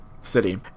city